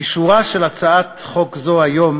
אישורה של הצעת חוק זו היום